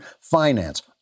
Finance